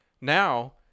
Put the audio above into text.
now